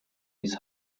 his